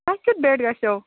تۄہہِ کیُتھ بٮ۪ڈ گژھیو